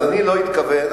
לפני שבועיים.